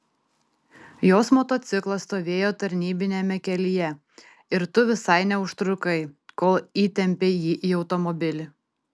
jos motociklas stovėjo tarnybiniame kelyje ir tu visai neužtrukai kol įtempei jį į automobilį